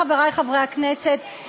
חברי חברי הכנסת,